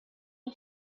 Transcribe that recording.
you